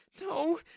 No